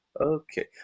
Okay